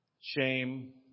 shame